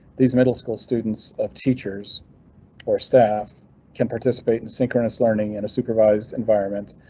these middle school students of teachers or staff can participate in synchronous learning in a supervised environment.